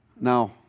Now